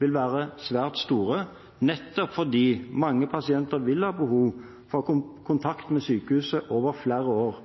vil være svært stort, nettopp fordi mange pasienter vil ha behov for kontakt med sykehuset over flere år,